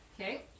Okay